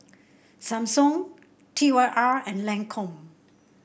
Samsung T Y R and Lancome